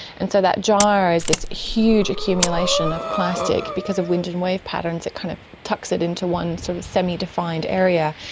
and so that gyre is this huge accumulation of plastic because of wind and wave patterns that kind of tucks it into one sort of semi-defined area.